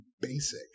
basic